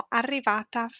arrivata